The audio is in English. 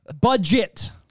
Budget